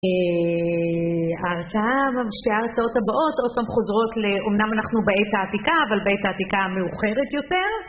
א… ההרצאה שתי ההרצאות הבאות עוד פעם חוזרות, אמנם אנחנו בעת העתיקה, אבל בעת העתיקה המאוחרת יותר.